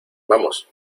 vamos